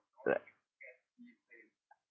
like